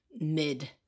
mid